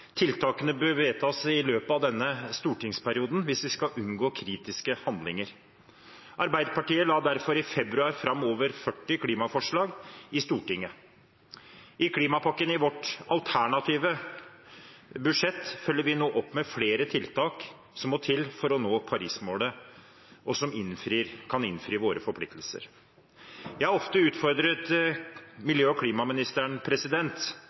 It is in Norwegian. Tiltakene bør vedtas i løpet av denne stortingsperioden hvis vi skal unngå kritiske handlinger. Arbeiderpartiet la derfor i februar fram over 40 klimaforslag i Stortinget. I klimapakken i vårt alternative budsjett følger vi nå opp med flere tiltak som må til for å nå Paris-målet, og som kan innfri våre forpliktelser. Jeg har ofte utfordret